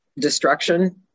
destruction